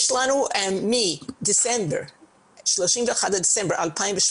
מ-31 בדצמבר 2018,